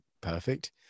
perfect